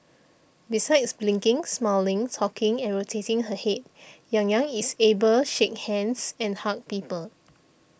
besides blinking smiling talking and rotating her head Yang Yang is able shake hands and hug people